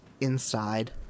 inside